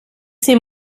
c’est